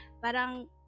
parang